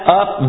up